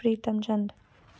प्रीतम चंद